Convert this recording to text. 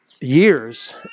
years